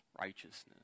righteousness